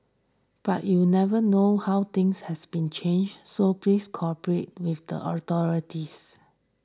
but you never know how things has been changed so please cooperate with the authorities